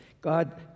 God